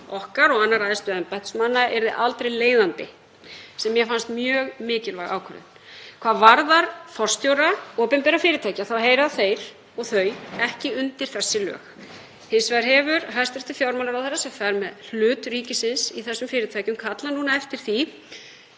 okkar og annarra æðstu embættismanna yrði aldrei leiðandi, sem mér fannst mjög mikilvæg ákvörðun. Hvað varðar forstjóra opinberra fyrirtækja þá heyra þeir og þau ekki undir þessi lög. Hæstv. fjármálaráðherra, sem fer með hlut ríkisins í þessum fyrirtækjum, hefur hins